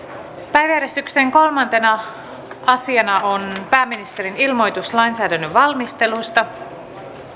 päiväjärjestyksen kolmantena asiana on pääministerin ilmoitus lainsäädännön valmistelusta